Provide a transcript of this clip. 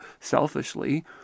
selfishly